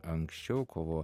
anksčiau kovo